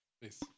please